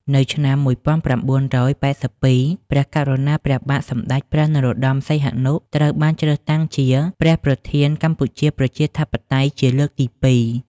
នៅឆ្នាំ១៩៨២ ព្រះករុណាព្រះបាទសម្តេចព្រះនរោត្តម សីហនុ ត្រូវបានជ្រើសតាំងជា ព្រះប្រធានកម្ពុជាប្រជាធិបតេយ្យជាលើកទី២។